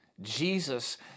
Jesus